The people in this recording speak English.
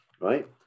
right